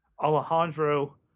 Alejandro